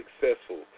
successful